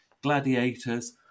gladiators